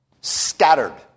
scattered